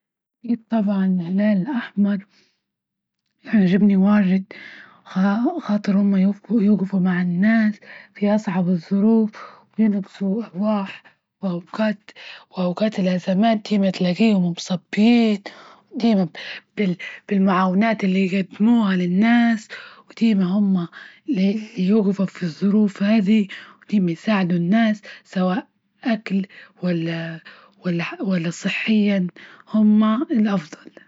أكيد طبعا الهلال الأحمر يعجبني واجد خاطر هما يوقفوا مع الناس في أصعب الظروف، ويلبسوا وأوقات -وأوقات الأزمات دايما تلاجيهم صابرين ديما بال-بالمعاونات اللي يجدموها للناس ،وديما هما اللي يجفوا في الظروف هاذي، وديما يساعدوا الناس سواء أكل ولا صحيا هما الأفضل.